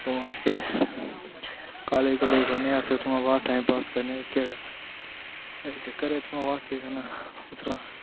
होर केह् कालेज पढ़दे पढ़ने अस उत्थुआं बाद टाइम पास करने भी होर केह् करना बड़ा चक्कर ऐ इत्थुआं बा केह् करना